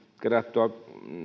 kerättyä